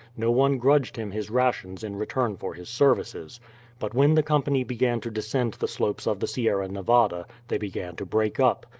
no one grudged him his rations in return for his services but when the company began to descend the slopes of the sierra nevada they began to break up,